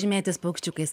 žymėtis paukščiukais